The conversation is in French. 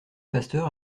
pasteur